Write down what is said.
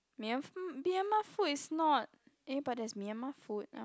myan~ Myanmar food is not eh but there's Myanmar food